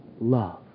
love